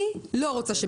אני לא רוצה,